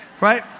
right